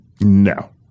No